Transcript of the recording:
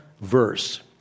verse